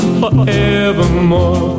forevermore